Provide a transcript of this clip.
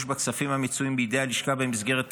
בכספים המצויים בידי הלשכה במסגרת תקציבה.